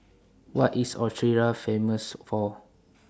What IS Austria Famous For